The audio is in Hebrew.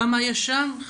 כמה יש שם?